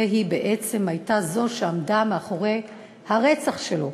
והיא הייתה זו שעמדה מאחורי הרצח שלו.